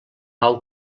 pau